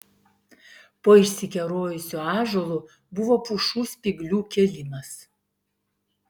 po išsikerojusiu ąžuolu buvo pušų spyglių kilimas